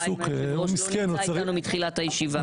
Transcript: היושב ראש לא נמצא איתנו מתחילת הישיבה.